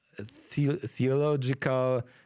theological